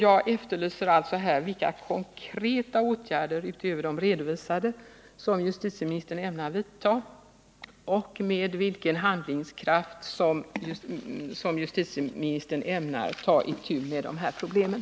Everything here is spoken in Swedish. Jag efterlyser alltså här vilka konkreta åtgärder utöver de redovisade som justitieministern ämnar vidta och med vilken handlingskraft justitieministern ämnar ta itu med de här problemen.